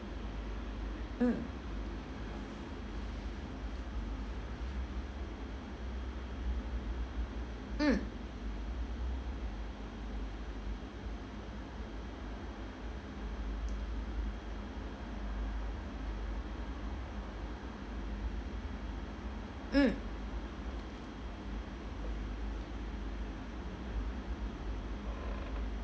mm mm mm